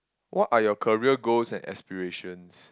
what are your career goals and aspirations